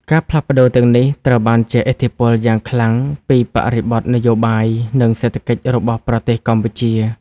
ការផ្លាស់ប្ដូរទាំងនេះត្រូវបានជះឥទ្ធិពលយ៉ាងខ្លាំងពីបរិបទនយោបាយ និងសេដ្ឋកិច្ចរបស់ប្រទេសកម្ពុជា។